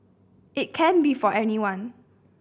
it can be for anyone